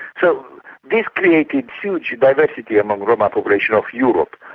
so this created huge diversity among the roma population of europe,